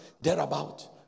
thereabout